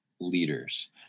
leaders